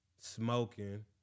smoking